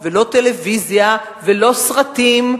לא טלוויזיה ולא סרטים,